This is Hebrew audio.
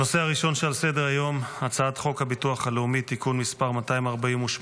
הנושא הראשון שעל סדר-היום: הצעת חוק הביטחון הלאומי (תיקון מס' 248),